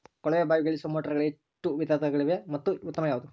ಕೊಳವೆ ಬಾವಿಗೆ ಇಳಿಸುವ ಮೋಟಾರುಗಳಲ್ಲಿ ಎಷ್ಟು ವಿಧಗಳಿವೆ ಮತ್ತು ಉತ್ತಮ ಯಾವುದು?